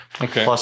Okay